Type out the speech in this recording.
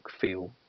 feel